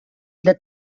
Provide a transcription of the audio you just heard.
для